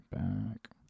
Back